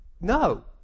No